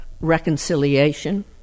reconciliation